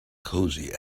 cozy